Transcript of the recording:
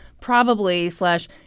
probably-slash-